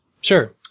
Sure